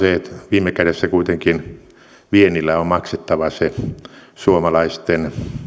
viime kädessä kuitenkin viennillä on maksettava se suomalaisten